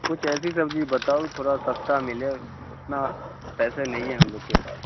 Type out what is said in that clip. کچھ ایسی سبجی بتاؤ تھوڑا سستا ملے اتنا پیسے نہیں ہے ہم لوگ کے پاس